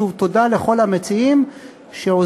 שוב, תודה לכל המציעים שעוזרים